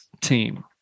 team